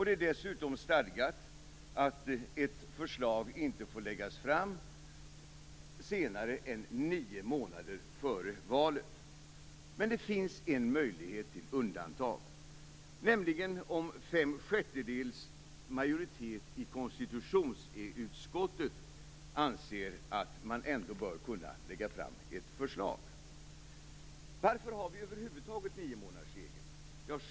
Det är dessutom stadgat att ett förslag inte får läggas fram senare än nio månader före valet. Men det finns en möjlighet till undantag, nämligen om fem sjättedels majoritet i konstitutionsutskottet ändå anser att man bör kunna lägga fram ett förslag. Varför har vi över huvud taget niomånadersregeln?